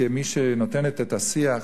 כמי שנותנת את השיח,